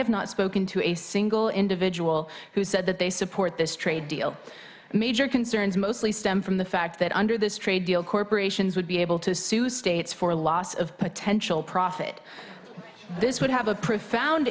have not spoken to a single individual who said that they support this trade deal and major concerns mostly stem from the fact that under this trade deal corporations would be able to sue states for loss of potential profit this would have a profound